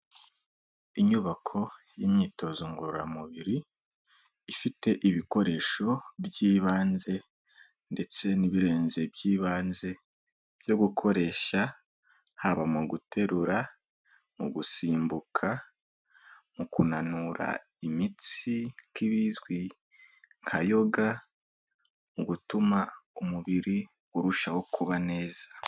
Inyubako y'imyitozo ngororamubiri, ifite ibikoresho by'ibanze ndetse n'ibirenze by'ibyibanze, byo gukoresha haba mu guterura, mu gusimbuka, mu kunanura imitsi, k'ibizwi nka yoga, mu gutuma umubiri urushaho kuba neza.